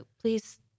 please